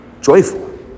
joyful